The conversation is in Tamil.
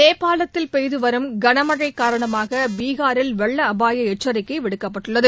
நேபாளத்தில் பெய்து வரும் கனமழை காரணமாக பீகாரில் வெள்ள அபாய எச்சசரிக்கை விடுக்கப்பட்டுள்ளது